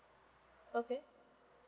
okay